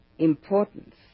importance